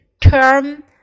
term